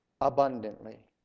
abundantly